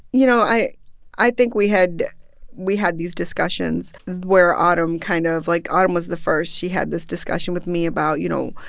you know, i i think we had we had these discussions where autumn kind of like, autumn was the first. she had this discussion with me about, you know,